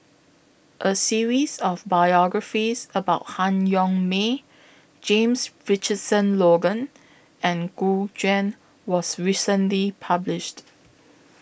A series of biographies about Han Yong May James Richardson Logan and Gu Juan was recently published